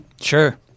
Sure